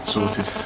Sorted